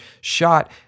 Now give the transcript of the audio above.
shot